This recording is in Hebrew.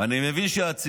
אני מבין שהכסף שלך.